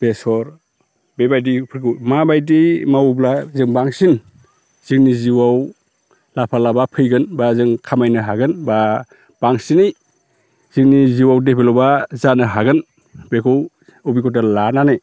बेसर बेबायदिफोरखौ माबायदि मावोब्ला जों बांसिन जोंनि जिउआव लाफा लाबा फैगोन बा जों खामायनो हागोन बा बांसिनै जोंनि जिउआव डेभेलपआ जानो हागोन बेखौ अबिगथा लानानै